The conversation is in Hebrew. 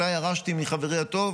שאותה ירשתי מחברי הטוב